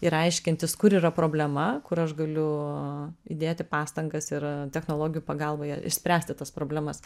ir aiškintis kur yra problema kur aš galiu įdėti pastangas ir technologijų pagalba ja išspręsti tas problemas